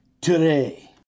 today